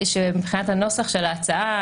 שמבחינת הנוסח של ההצעה,